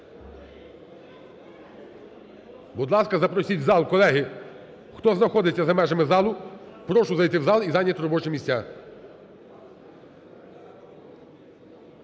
Будь ласка, запросіть в зал. Колеги, хто знаходиться за межами залу, прошу зайти в зал і зайняти робочі місця.